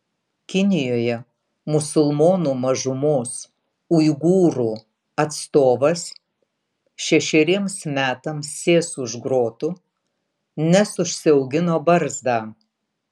kinijoje musulmonų mažumos uigūrų atstovas šešeriems metams sės už grotų nes užsiaugino barzdą